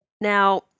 Now